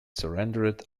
surrendered